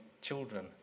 children